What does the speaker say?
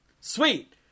sweet